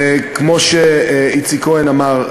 וכמו שאיציק כהן אמר,